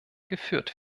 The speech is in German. geführt